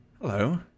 Hello